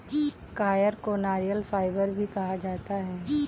coir को नारियल fibre भी कहा जाता है